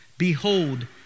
Behold